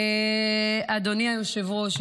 אדוני היושב-ראש,